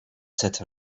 etc